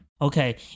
Okay